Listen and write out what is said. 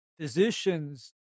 physicians